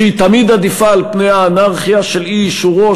שהיא תמיד עדיפה על פני האנרכיה של אי-אישורו,